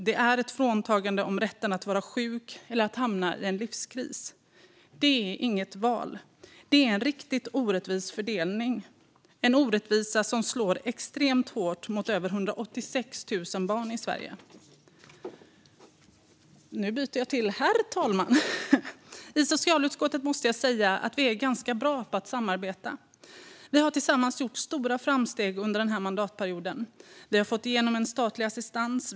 Det är ett fråntagande av rätten att vara sjuk eller hamna i en livskris. Det är inget val. Det är en riktigt orättvis fördelning - en orättvisa som slår extremt hårt mot över 186 000 barn i Sverige. Herr talman! Jag måste säga att vi i socialutskottet är ganska bra på att samarbeta. Vi har tillsammans gjort stora framsteg under den här mandatperioden. Vi har fått igenom en statlig assistans.